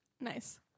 Nice